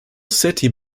city